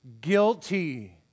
Guilty